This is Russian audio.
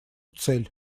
цель